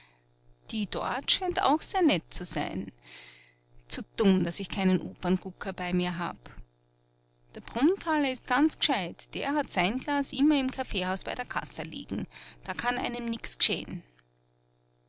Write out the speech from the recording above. die dort scheint auch sehr nett zu sein zu dumm daß ich keinen operngucker bei mir hab der brunnthaler ist ganz gescheit der hat sein glas immer im kaffeehaus bei der kassa liegen da kann einem nichts g'scheh'n